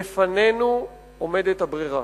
בפנינו עומדת הברירה,